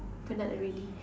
penat already